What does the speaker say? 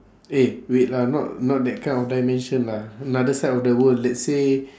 eh wait lah not not that kind of dimension lah another side of the world let's say